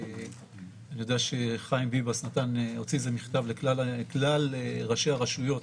אני יודע שחיים ביבס הוציא מכתב לכלל ראשי הרשויות